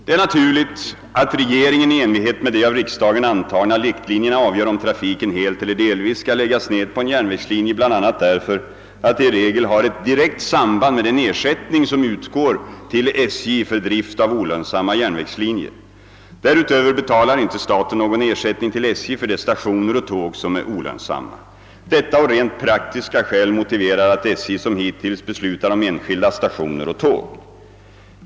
Det är naturligt att regeringen i enlighet med de av riksdagen antagna riktlinjerna avgör om trafiken helt eller delvis skall läggas ned på en järnvägslinje, bl.a. därför att det i regel har ett direkt samband med den ersättning som utgår till SJ för drift av olönsamma järnvägslinjer. Därutöver betalar inte staten någon ersättning till SJ för de stationer och tåg som är olönsamma. Detta och rent praktiska skäl motiverar att SJ som hittills beslutar om enskilda stationer och tåg.